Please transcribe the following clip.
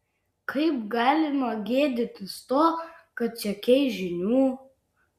kaip galima gėdytis to kad siekei žinių